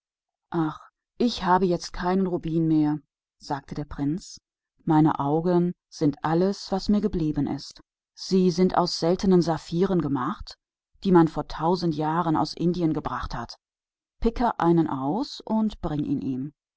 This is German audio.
ach ich habe keinen rubin mehr sagte der prinz nur meine augen sind mir noch geblieben sie sind aus seltenen saphiren gemacht die man vor tausend jahren aus indien gebracht hat picke eines heraus und bring es ihm